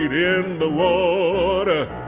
in the water,